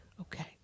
Okay